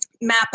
map